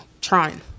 trying